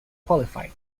qualified